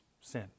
sin